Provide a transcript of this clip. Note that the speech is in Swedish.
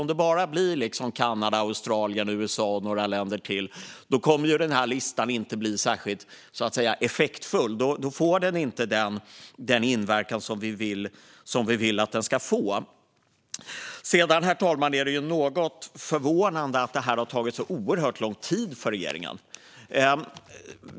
Om det bara blir Kanada, Australien, USA och några länder till på listan kommer den inte att vara särskilt effektfull och inte ha den inverkan som vi vill att den ska ha. Herr talman! Det är något förvånande att det här har tagit så oerhört lång tid för regeringen.